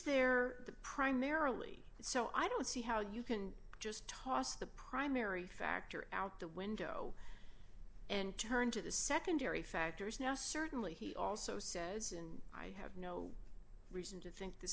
there primarily so i don't see how you can just toss the primary factor out the window d and turn to the secondary factors now certainly he also says and i have no reason to think this